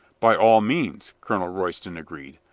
by all means, colonel royston agreed,